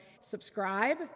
Subscribe